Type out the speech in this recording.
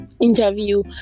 interview